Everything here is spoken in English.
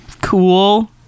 cool